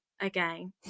again